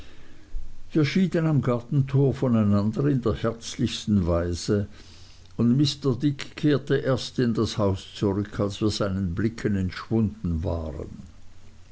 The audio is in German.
wir schieden am gartentor von einander in der herzlichsten weise und mr dick kehrte erst in das haus zurück als wir seinen blicken entschwunden waren